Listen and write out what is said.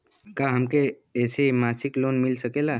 का हमके ऐसे मासिक लोन मिल सकेला?